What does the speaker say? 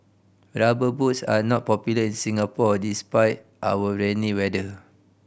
Rubber Boots are not popular in Singapore despite our rainy weather